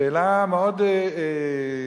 שאלה מאוד שאלתית,